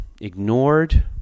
ignored